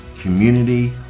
community